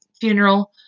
funeral